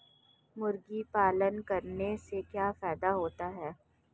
मुर्गी पालन करने से क्या फायदा होता है?